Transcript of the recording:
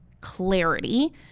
clarity